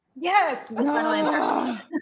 Yes